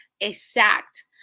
exact